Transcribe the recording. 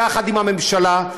יחד עם הממשלה,